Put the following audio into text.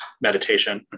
meditation